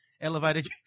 elevated